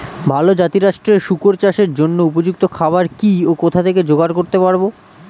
ভালো জাতিরাষ্ট্রের শুকর চাষের জন্য উপযুক্ত খাবার কি ও কোথা থেকে জোগাড় করতে পারব?